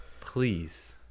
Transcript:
Please